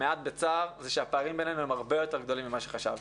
מעט בצער זה שהפערים בינינו הם הרבה יותר גדולים ממה שחשבתי.